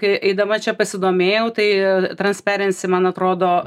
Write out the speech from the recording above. kai eidama čia pasidomėjau tai trans perensi man atrodo